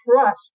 trust